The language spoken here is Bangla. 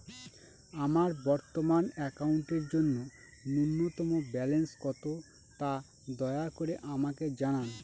আমার বর্তমান অ্যাকাউন্টের জন্য ন্যূনতম ব্যালেন্স কত, তা দয়া করে আমাকে জানান